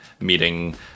meeting